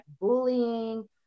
bullying